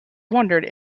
wondered